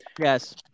Yes